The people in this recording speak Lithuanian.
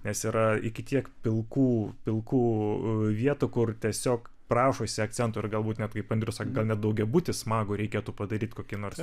nes yra iki tiek pilkų pilkų vietų kur tiesiog prašosi akcento ir galbūt net kaip andrius sakė gal net daugiabutį smagų reikėtų padaryti kokį nors